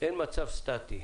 מצב סטטי.